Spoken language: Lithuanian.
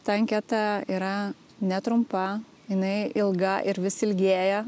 ta anketa yra netrumpa jinai ilga ir vis ilgėja